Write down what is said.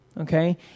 okay